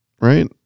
right